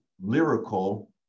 lyrical